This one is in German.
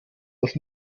das